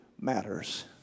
matters